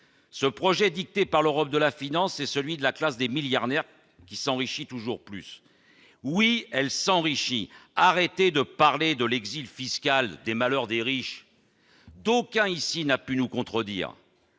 Ce projet, dicté par l'Europe de la finance, c'est celui de la classe des milliardaires, qui s'enrichit toujours plus. Oui, elle s'enrichit ! Arrêtez de parler de l'exil fiscal et des malheurs des riches ! Personne ici n'a pu nous contredire